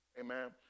Amen